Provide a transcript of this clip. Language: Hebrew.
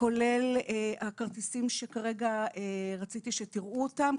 כולל הכרטיסים שכרגע רציתי שתראו אותם,